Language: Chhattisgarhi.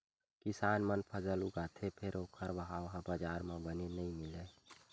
किसान मन फसल उगाथे फेर ओखर भाव ह बजार म बने नइ मिलय